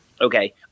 okay